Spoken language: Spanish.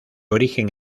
origen